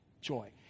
joy